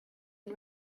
and